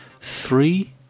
Three